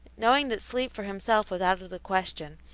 knowing that sleep for himself was out of the question,